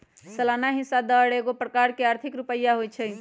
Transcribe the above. सलाना हिस्सा दर एगो प्रकार के आर्थिक रुपइया होइ छइ